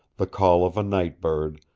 the call of a night bird,